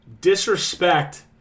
disrespect